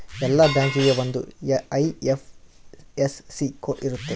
ಎಲ್ಲಾ ಬ್ಯಾಂಕಿಗೆ ಒಂದ್ ಐ.ಎಫ್.ಎಸ್.ಸಿ ಕೋಡ್ ಇರುತ್ತ